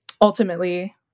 ultimately